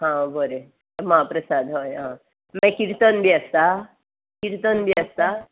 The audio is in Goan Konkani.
हां बरें महाप्रसाद हय आं मागीर किर्तन बी आसता किर्तन बी आसता